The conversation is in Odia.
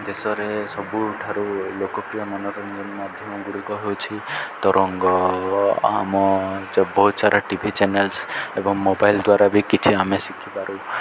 ଦେଶରେ ସବୁଠାରୁ ଲୋକପ୍ରିୟ ମନୋରଞ୍ଜନ ମାଧ୍ୟମ ଗୁଡ଼ିକ ହେଉଛି ତରଙ୍ଗ ଆମ ବହୁତ ସାରା ଟି ଭି ଚ୍ୟାନେଲ୍ସ ଏବଂ ମୋବାଇଲ ଦ୍ୱାରା ବି କିଛି ଆମେ ଶିଖିପାରୁ